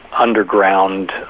Underground